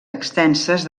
extenses